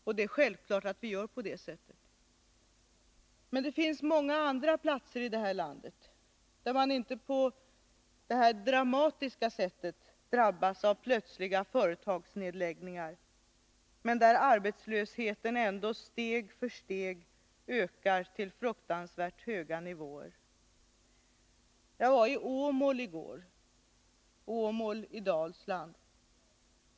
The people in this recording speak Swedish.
Och det är självklart att vi gör på det sättet. Men det finns många andra platser i det här landet, där man inte på det här dramatiska sättet drabbas av plötsliga företagsnedläggningar, men där arbetslösheten ändå steg för steg ökar till fruktansvärt höga nivåer. Jag vari Åmåli går, i Dalsland.